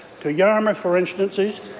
to yarmouth, for instance,